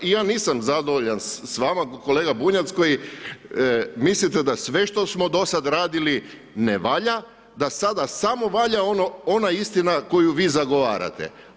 I ja nisam zadovoljan s vama kolega Bunjac koji mislite da sve što smo do sada radili ne valja, da sada samo valja ona istina koju vi zagovarate.